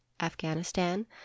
afghanistan